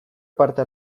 parte